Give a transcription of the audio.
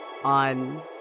On